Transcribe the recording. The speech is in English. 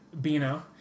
Bino